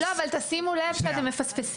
לא, אבל תשימו לב שאתם מפספסים.